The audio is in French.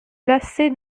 lasser